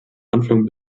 anfang